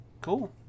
Cool